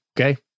okay